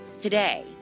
today